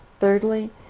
Thirdly